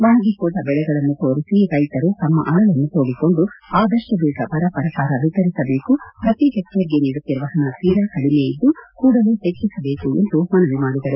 ಒಣಗಿಹೋದ ಬೆಳೆಗಳನ್ನು ತೋರಿಸಿ ರೈತರು ತಮ್ನ ಅಳಲನ್ನು ತೋಡಿಕೊಂಡು ಆದಷ್ಟು ಬೇಗ ಬರ ಪರಿಹಾರ ವಿತರಿಸಬೇಕು ಪ್ರತಿ ಹೆಕ್ವೇರ್ಗೆ ನೀಡುತ್ತಿರುವ ಹಣ ತೀರಾ ಕಡಿಮೆ ಇದ್ದು ಕೂಡಲೇ ಹೆಚ್ಚಿಸಬೇಕು ಎಂದು ಮನವಿ ಮಾಡಿದರು